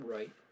Right